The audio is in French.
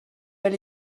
elle